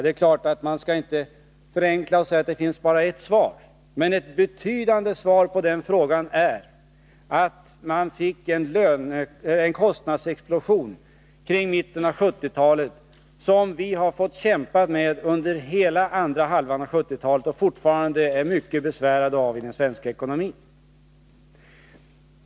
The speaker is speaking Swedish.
Det är klart att man inte kan förenkla och säga att det bara finns ett svar. Men ett väsentligt svar på den frågan är att man fick en kostnadsexplosion i mitten av 1970-talet, som vi har fått kämpa med under hela andra halvan av 1970-talet och som fortfarande är mycket besvärande i den svenska ekonomin.